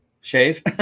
shave